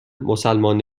مسلمان